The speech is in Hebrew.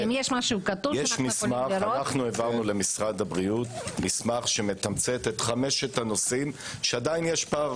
אנחנו העברנו למשרד הבריאות מסמך שמתמצת את חמשת הנושאים שעדיין יש פער.